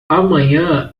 amanhã